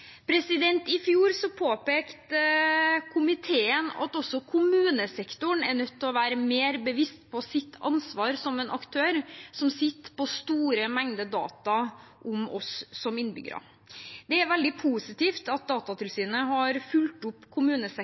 I fjor påpekte komiteen at også kommunesektoren er nødt til å være mer bevisst på sitt ansvar som en aktør som sitter på store mengder data om oss som innbyggere. Det er veldig positivt at Datatilsynet har fulgt opp